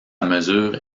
mesure